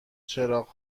چراغ